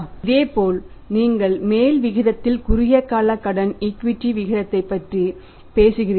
இதேபோல் நீங்கள் மேல் விகிதத்தில் குறுகிய கால கடன் ஈக்விட்டி விகிதத்தைப் பற்றி பேசுகிறீர்கள்